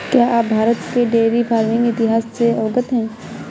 क्या आप भारत के डेयरी फार्मिंग इतिहास से अवगत हैं?